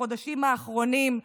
בחודשים האחרונים,